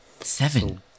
Seven